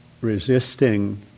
resisting